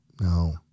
No